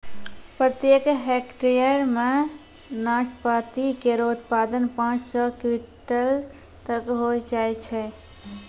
प्रत्येक हेक्टेयर म नाशपाती केरो उत्पादन पांच सौ क्विंटल तक होय जाय छै